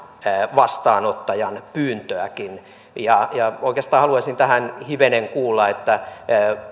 vastaanottajan pyyntöäkin oikeastaan haluaisin tähän hivenen kuulla